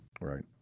Right